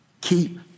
keep